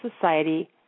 society